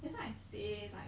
that's why I say like